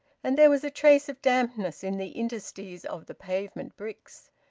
and there was a trace of dampness in the interstices of the pavement bricks.